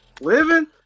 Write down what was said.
Living